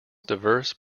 diverse